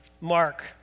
Mark